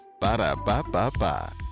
Ba-da-ba-ba-ba